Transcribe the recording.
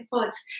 efforts